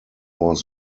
was